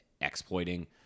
exploiting